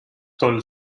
tol